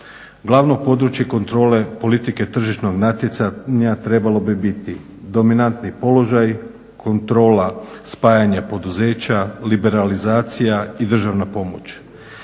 Glavno područje kontrole politike tržišnog natjecanja trebalo bi biti dominantni položaj, kontrola spajanja poduzeća, liberalizacija i državna pomoć.